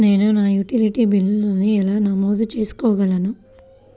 నేను నా యుటిలిటీ బిల్లులను ఎలా నమోదు చేసుకోగలను?